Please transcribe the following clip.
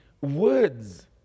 words